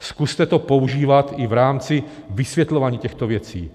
Zkuste to používat i v rámci vysvětlování těchto věcí.